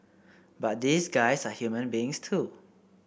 but these guys are human beings too